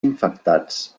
infectats